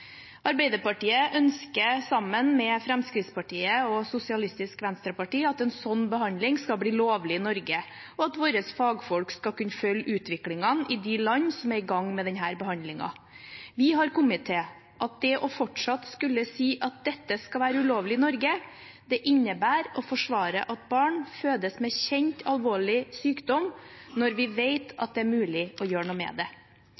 Arbeiderpartiet ønsker, sammen med Fremskrittspartiet og Sosialistisk Venstreparti, at en sånn behandling skal bli lovlig i Norge, og at våre fagfolk skal kunne følge utviklingen i de landene som er i gang med denne behandlingen. Vi har kommet til at det fortsatt å skulle si at dette skal være ulovlig i Norge, innebærer å forsvare at barn fødes med kjent, alvorlig sykdom når vi vet at det er mulig å gjøre noe med det.